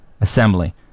assembly